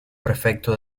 prefecto